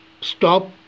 stop